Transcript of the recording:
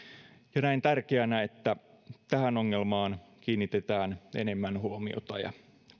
näen tärkeänä että tähän ongelmaan kiinnitetään enemmän huomiota ja